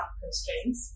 constraints